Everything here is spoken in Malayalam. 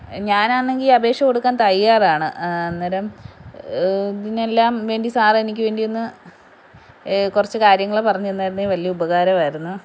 ഞാനാണെങ്കില് അപേക്ഷ കൊടുക്കാൻ തയ്യാറാണ് അന്നേരം ഇതിനെല്ലാം വേണ്ടി സാർ എനിക്കു വേണ്ടിയൊന്ന് കുറച്ച് കാര്യങ്ങൾ പറഞ്ഞ് തന്നായിരുന്നെങ്കില് വലിയ ഉപകാരമായിരുന്നു